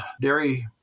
dairy